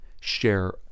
share